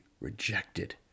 rejected